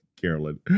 Carolyn